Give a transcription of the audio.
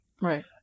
Right